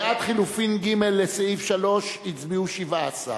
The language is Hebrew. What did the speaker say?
בעד חלופין ג' בסעיף 3 הצביעו 17,